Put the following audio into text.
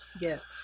Yes